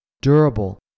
durable